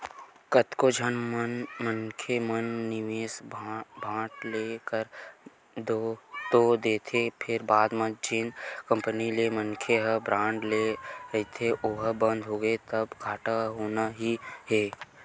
कतको झन मनखे मन निवेस बांड लेके कर तो देथे फेर बाद म जेन कंपनी ले मनखे ह बांड ले रहिथे ओहा बंद होगे तब घाटा होना ही हे